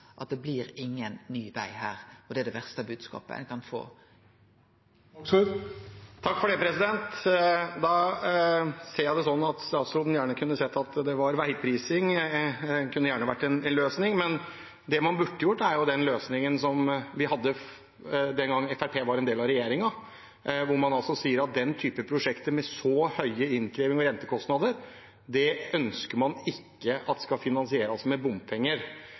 at det blir ingen ny veg her, og det er det verste bodskapet ein kan få. Da ser jeg det sånn at statsråden gjerne hadde sett at veiprising kunne vært en løsning, men det man burde gjort, er den løsningen vi hadde den gang Fremskrittspartiet var en del av regjeringen, hvor man sier at den typen prosjekter, med så høye innkrevinger og rentekostnader, ønsker man ikke skal finansieres med bompenger.